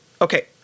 Okay